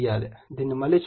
దీనిని మళ్ళీ చూద్దాము